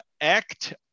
act